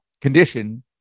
condition